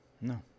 No